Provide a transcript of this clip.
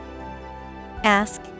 Ask